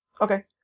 Okay